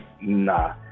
nah